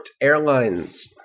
Airlines